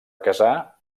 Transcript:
casar